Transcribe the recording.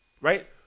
right